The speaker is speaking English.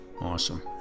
Awesome